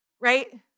right